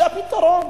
זה הפתרון.